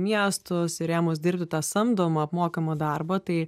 miestus ir ėmus dirbti tą samdomą apmokamą darbą tai